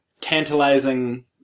tantalizing